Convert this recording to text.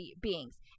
beings